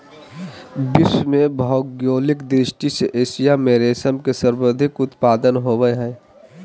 विश्व में भौगोलिक दृष्टि से एशिया में रेशम के सर्वाधिक उत्पादन होबय हइ